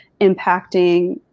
impacting